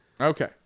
Okay